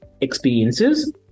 experiences